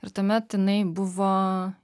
ir tuomet jinai buvo